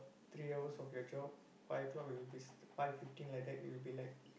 three hours of your job five o-clock it will be five fifteen like that you will be like